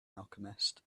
alchemist